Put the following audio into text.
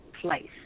place